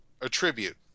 attribute